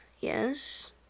yes